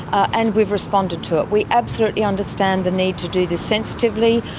and we've responded to it. we absolutely understand the need to do this sensitively,